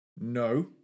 No